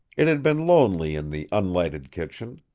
it had been lonely in the unlighted kitchen.